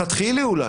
לכתחילה אולי,